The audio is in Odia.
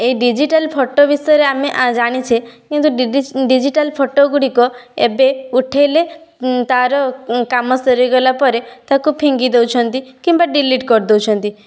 ଏଇ ଡ଼ିଜିଟାଲ ଫଟୋ ବିଷୟରେ ଆମେ ଆଁ ଜାଣିଛେ କିନ୍ତୁ ଡିଡ଼ି ଡିଜିଟାଲ ଫଟୋ ଗୁଡ଼ିକ ଏବେ ଉଠେଇଲେ ତାର କାମ ସରିଗଲା ପରେ ତାକୁ ଫିଙ୍ଗି ଦେଉଛନ୍ତି କିମ୍ବା ଡିଲିଟ କରିଦଉଛନ୍ତି